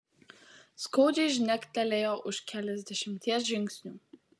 skaudžiai žnektelėjo už keliasdešimties žingsnių